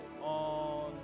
on